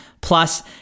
Plus